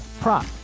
prop